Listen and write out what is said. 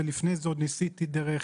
ולפני זה עוד ניסיתי לקבל דרך